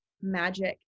magic